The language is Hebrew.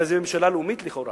הרי זאת ממשלה לאומית לכאורה,